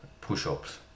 Push-ups